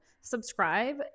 subscribe